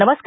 नमस्कार